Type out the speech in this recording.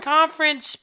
Conference